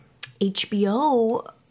HBO